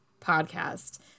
podcast